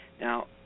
Now